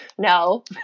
no